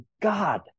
God